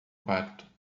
quarto